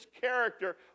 character